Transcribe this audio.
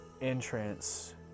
entrance